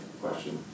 question